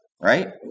right